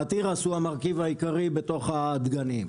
והתירס הוא המרכיב העיקרי בתוך הדגנים.